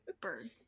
bird